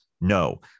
no